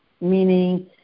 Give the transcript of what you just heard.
meaning